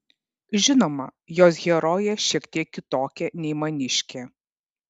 žinoma jos herojė šiek tiek kitokia nei maniškė